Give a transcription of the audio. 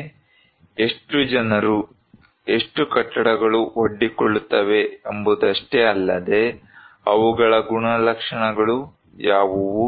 ಹಾಗೆ ಎಷ್ಟು ಜನರು ಎಷ್ಟು ಕಟ್ಟಡಗಳು ಒಡ್ಡಿಕೊಳ್ಳುತ್ತವೆ ಎಂಬುದಷ್ಟೇ ಅಲ್ಲದೆ ಅವುಗಳ ಗುಣಲಕ್ಷಣಗಳು ಯಾವುವು